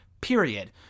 period